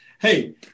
Hey